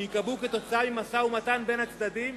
שייקבעו במשא-ומתן בין הצדדים,